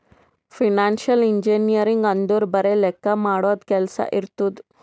financial engineering ಅಂದುರ್ ಬರೆ ಲೆಕ್ಕಾ ಮಾಡದು ಕೆಲ್ಸಾ ಇರ್ತುದ್